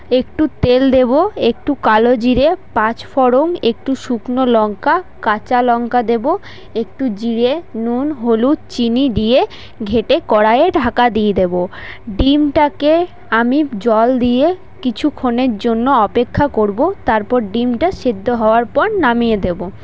একটু তেল দেবো একটু কালো জিরে পাঁচফোড়ন একটু শুকনো লঙ্কা কাঁচা লঙ্কা দেবো একটু জিরে নুন হলুদ চিনি দিয়ে ঘেঁটে কড়াইয়ে ঢাকা দিয়ে দেবো ডিমটাকে আমি জল দিয়ে কিছুক্ষণের জন্য অপেক্ষা করবো তারপর ডিমটা সেদ্ধ হওয়ার পর নামিয়ে দেবো